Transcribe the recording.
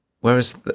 Whereas